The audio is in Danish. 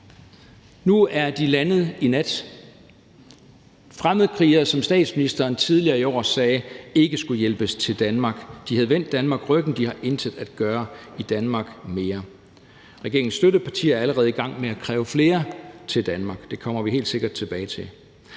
Nu er de landet i nat. Der er tale om fremmedkrigere, som statsministeren tidligere i år sagde ikke skulle hjælpes til Danmark. De havde vendt Danmark ryggen, de har intet at gøre i Danmark mere. Regeringens støttepartier er allerede i gang med at kræve flere til Danmark. Det kommer vi helt sikkert tilbage til.